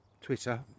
Twitter